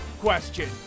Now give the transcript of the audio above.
question